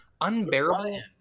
unbearable